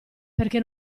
perché